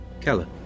Keller